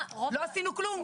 לא עשינו כלום.